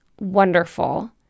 Wonderful